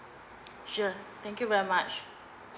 sure thank you very much